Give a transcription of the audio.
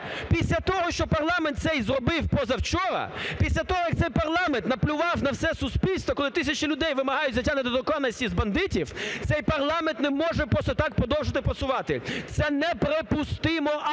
після того, що парламент цей зробив позавчора, після того, як цей парламент наплював на все суспільство, коли тисячі людей вимагають зняття недоторканності з бандитів, цей парламент не може просто так продовжити працювати. Це неприпустимо